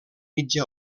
mitja